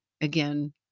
again